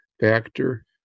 factor